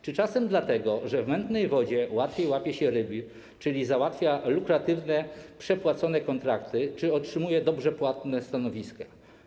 Czy czasem dlatego, że w mętnej wodzie łatwiej łapie się ryby, czyli załatwia lukratywne, przepłacone kontrakty lub otrzymuje dobrze płatne stanowiska?